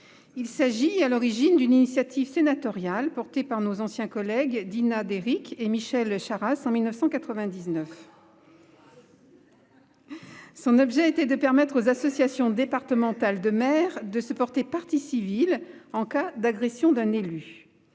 Il s'agit, à l'origine, d'une initiative sénatoriale portée par nos anciens collègues Dinah Derycke et Michel Charasse en 1999. Ah, Charasse ! Son objet était de permettre aux associations départementales de maires de se porter partie civile en cas d'agression d'un élu.